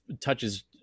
touches